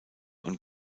und